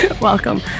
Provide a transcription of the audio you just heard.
Welcome